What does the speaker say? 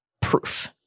proof